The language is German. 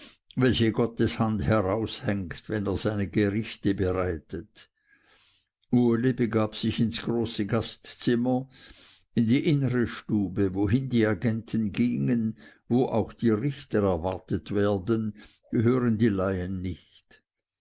welche gottes hand heraushängt wenn er seine gerichte bereitet uli begab sich ins große gastzimmer in die innere stube wohin die agenten gingen wo auch die richter er wartet werden gehören die laien nicht